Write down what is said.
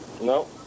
No